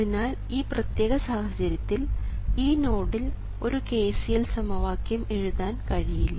അതിനാൽ ഈ പ്രത്യേക സാഹചര്യത്തിൽ ഈ നോഡിൽ ഒരു KCL സമവാക്യം എഴുതാൻ കഴിയില്ല